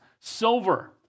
silver